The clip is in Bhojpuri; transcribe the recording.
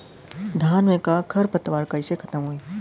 धान में क खर पतवार कईसे खत्म होई?